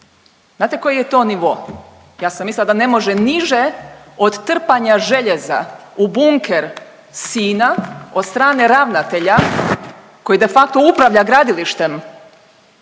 Znate koji je to nivo? Ja sam mislila da ne može niže od trpanja željeza u bunker sina od strane ravnatelja koji de facto upravlja gradilištem